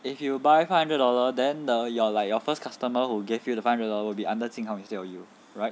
if you buy five hundred dollar then the your like your first customer who gave you the five hundred dollar will be under jing hao instead of you right